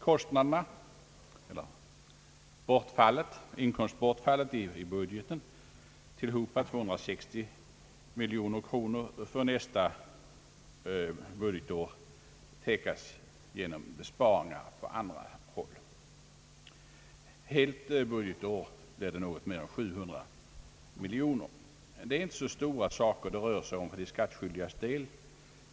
Kostnaderna, dvs. inkomstbortfallet i budgeten, blir tillhopa 260 miljoner kronor för nästa budgetår. De täcks genom besparingar på andra håll. För ett helt budgetår blir det något mer än 700 miljoner kronor. Det är inte så stora belopp som det rör sig om för de skattskyldigas del.